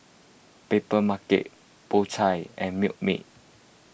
Papermarket Po Chai and Milkmaid